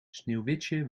sneeuwwitje